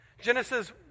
Genesis